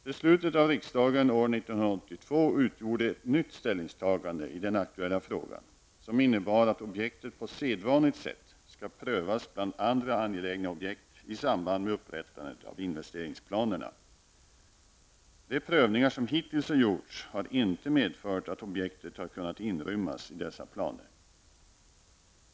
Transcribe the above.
Beslutet av riksdagen år 1982 utgjorde ett nytt ställningstagande i den aktuella frågan som innebar att objektet på sedvanligt sätt skall prövas bland andra angelägna objekt i samband med upprättandet av investeringsplanerna. De prövningar som hittills har gjorts har inte medfört att objektet har kunnat inrymmas i dessa planer.